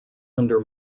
under